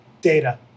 Data